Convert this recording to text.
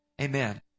Amen